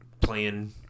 playing